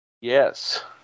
Yes